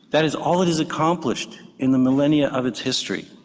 that is all it has accomplished in the millennia of its history.